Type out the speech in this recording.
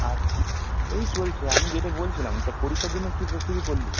আর এই চলছে আমি যেটা বলছিলাম তা পরীক্ষার জন্য কী প্রস্তুতি করলি